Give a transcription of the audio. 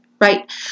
right